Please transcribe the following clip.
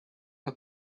had